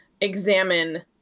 examine